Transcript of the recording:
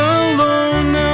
alone